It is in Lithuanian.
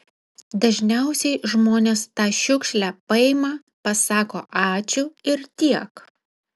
dažniausiai žmonės tą šiukšlę paima pasako ačiū ir tiek